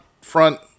front